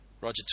Roger